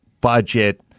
budget